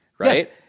right